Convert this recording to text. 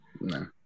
No